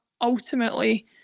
ultimately